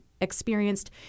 experienced